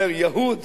אומר: יהוד,